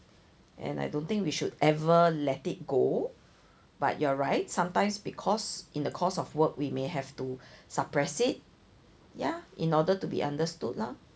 and I don't think we should ever let it go but you're right sometimes because in the course of work we may have to suppress it ya in order to be understood lor